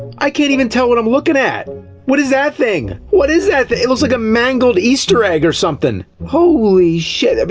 i can't even tell what i'm lookin' at! what is that thing! what is that thi it looks like a mangled easter egg or somethin'! holy shit, but